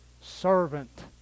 servant